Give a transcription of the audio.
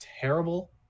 terrible